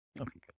Okay